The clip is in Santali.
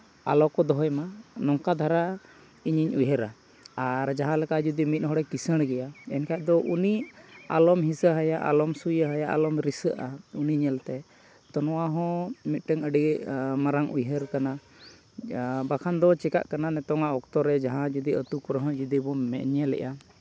ᱟᱞᱚ ᱠᱚ ᱫᱚᱦᱚᱭ ᱢᱟ ᱱᱚᱝᱠᱟ ᱫᱷᱟᱨᱟ ᱤᱧᱤᱧ ᱩᱭᱦᱟᱹᱨᱟ ᱟᱨ ᱡᱟᱦᱟᱸᱞᱮᱠᱟ ᱡᱩᱫᱤ ᱢᱤᱫ ᱦᱚᱲᱮ ᱠᱤᱸᱥᱟᱹᱬ ᱜᱮᱭᱟ ᱮᱱᱠᱷᱟᱱ ᱫᱚ ᱩᱱᱤ ᱚᱞᱚᱢ ᱦᱤᱸᱥᱟᱹ ᱦᱟᱭᱟ ᱟᱞᱚᱢ ᱥᱩᱭᱟᱹ ᱦᱟᱭᱟ ᱟᱞᱚᱢ ᱨᱤᱥᱟᱹᱜᱼᱟ ᱩᱱᱤ ᱧᱮᱞᱛᱮ ᱛᱚ ᱱᱚᱣᱟ ᱦᱚᱸ ᱢᱤᱫᱴᱟᱝ ᱟᱹᱰᱤ ᱢᱟᱨᱟᱝ ᱩᱭᱦᱟᱹᱨ ᱠᱟᱱᱟ ᱵᱟᱠᱷᱟᱱ ᱫᱚ ᱪᱤᱠᱟᱹᱜ ᱠᱟᱱᱟ ᱱᱤᱛᱳᱝᱟᱜ ᱚᱠᱛᱚ ᱨᱮ ᱡᱟᱦᱟᱸᱭ ᱡᱩᱫᱤ ᱟᱹᱛᱩ ᱠᱚᱨᱮ ᱦᱚᱸ ᱡᱩᱫᱤ ᱵᱚᱱ ᱧᱮᱼᱧᱮᱞᱮᱫᱼᱟ